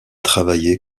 travaillé